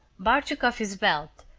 bart took off his belt,